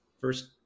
first –